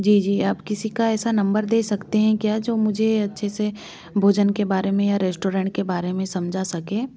जी जी आप किसी का ऐसा नंबर दे सकते हैं क्या जो मुझे अच्छे से भोजन के बारे में या रेस्टोरेंट के बारे में समझा सके